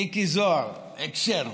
מיקי זוהר, הקשר.